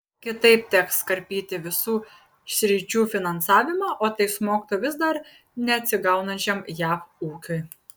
kitaip teks karpyti visų sričių finansavimą o tai smogtų vis dar neatsigaunančiam jav ūkiui